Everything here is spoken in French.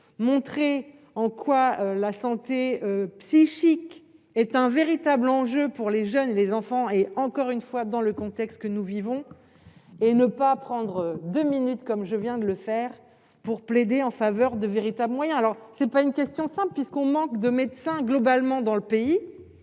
montrez en quoi la santé psychique est un véritable enjeu pour les jeunes et les enfants, et encore une fois, dans le contexte que nous vivons et ne pas prendre 2 minutes comme je viens de le faire pour plaider en faveur de véritables moyens alors c'est pas une question simple puisqu'on manque de médecins globalement dans le pays